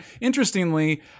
interestingly